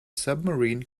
submarine